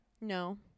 No